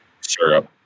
syrup